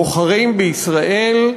בוחרים בישראל,